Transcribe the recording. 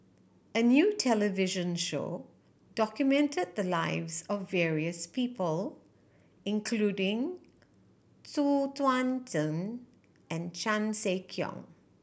a new television show documented the lives of various people including Xu Yuan Zhen and Chan Sek Keong